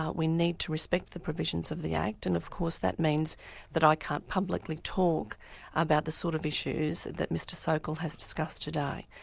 we need to respect the provisions of the act, and of course that means that i can't publicly talk about the sort of issues that mr sokal has discussed today.